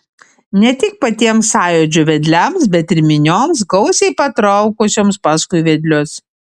ne tik patiems sąjūdžio vedliams bet ir minioms gausiai patraukusioms paskui vedlius